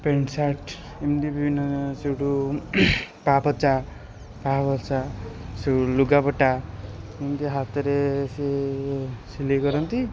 pant shirt ଏମିତି ବିଭିନ୍ନ ସେଇଟୁ ପାପୋଛା ପାପୋଛା ସବୁ ଲୁଗାପଟା ଏମିତି ହାତରେ ସିଏ ସିଲେଇ କରନ୍ତି